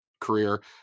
career